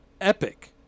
epic